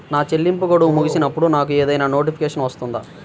నా చెల్లింపు గడువు ముగిసినప్పుడు నాకు ఏదైనా నోటిఫికేషన్ వస్తుందా?